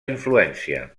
influència